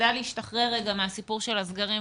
כדאי להשתחרר מהסיפור של הסגרים.